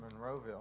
Monroeville